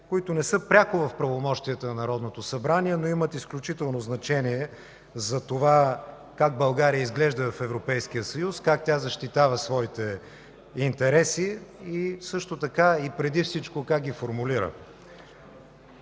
които не са пряко в правомощията на Народното събрание, но имат изключително значение за това как изглежда България в Европейския съюз, как тя защитава своите интереси, а също така, и преди всичко, как ги формулира.